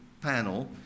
panel